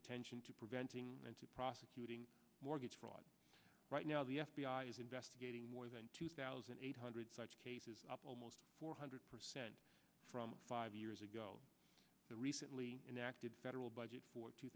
attention to preventing and to prosecuting mortgage fraud right now the f b i is investigating more than two thousand eight hundred such cases up almost four hundred percent from five years ago the recently enacted federal budget for two